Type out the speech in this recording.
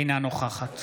אינה נוכחת